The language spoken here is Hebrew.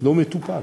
לא מטופל.